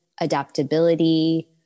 adaptability